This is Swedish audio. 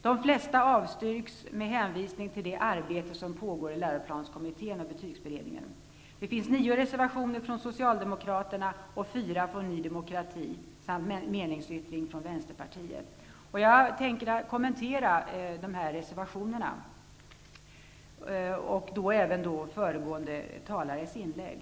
De flesta avstyrks med hänvisning till det arbete som pågår i läroplanskommittén och betygsberedningen. Till betänkandet har fogats nio reservationer från Jag tänker kommentera reservationerna, liksom också föregående talares inlägg.